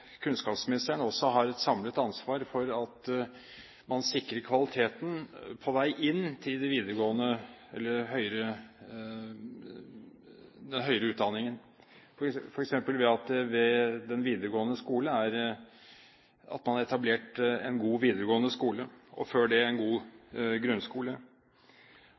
kunnskapsministeren også har et samlet ansvar for å sikre kvaliteten på vei inn i den høyere utdanningen, f.eks. ved at man har etablert en god videregående skole, og før det en god grunnskole.